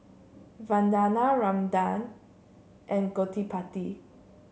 Vandana Ramanand and Gottipati